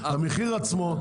המחיר עצמו,